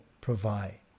provide